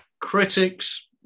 critics